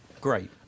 great